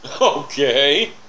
Okay